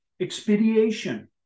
expediation